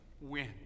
win